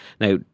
Now